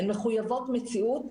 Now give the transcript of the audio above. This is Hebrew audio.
הן מחויבות מציאות,